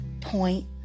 point